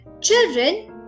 Children